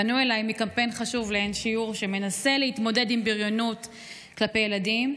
פנו אליי מקמפיין חשוב לאין-שיעור שמנסה להתמודד עם בריונות ילדים,